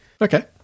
Okay